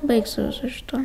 baigt su visu šituo